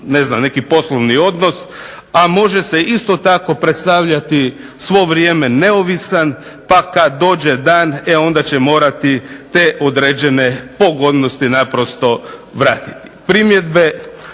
neku neki poslovan odnos, a može se isto tak predstavljati svo vrijeme neovisan pa kada dođe dan onda će morati te određene pogodnosti naprosto vratiti. Primjedbe,